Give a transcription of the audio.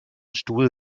stuhl